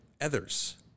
others